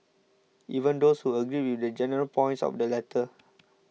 even those who agreed with the general points of the letter